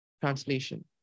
Translation